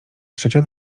trzecia